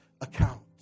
account